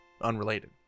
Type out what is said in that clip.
unrelated